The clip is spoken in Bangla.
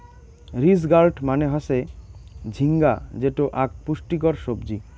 রিজ গার্ড মানে হসে ঝিঙ্গা যেটো আক পুষ্টিকর সবজি